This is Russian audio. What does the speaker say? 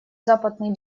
западный